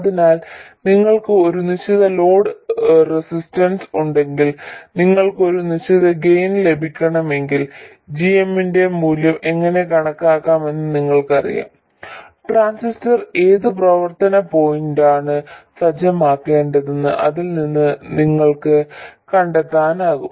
അതിനാൽ നിങ്ങൾക്ക് ഒരു നിശ്ചിത ലോഡ് റെസിസ്റ്റൻസ് ഉണ്ടെങ്കിൽ നിങ്ങൾക്ക് ഒരു നിശ്ചിത ഗെയിൻ ലഭിക്കണമെങ്കിൽ g m ന്റെ മൂല്യം എങ്ങനെ കണക്കാക്കാമെന്ന് നിങ്ങൾക്കറിയാം ട്രാൻസിസ്റ്റർ ഏത് പ്രവർത്തന പോയിന്റാണ് സജ്ജമാക്കേണ്ടതെന്ന് അതിൽ നിന്ന് നിങ്ങൾക്ക് കണ്ടെത്താനാകും